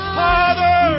father